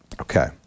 Okay